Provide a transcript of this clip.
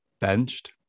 benched